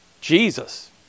Jesus